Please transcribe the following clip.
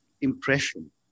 impression